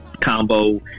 combo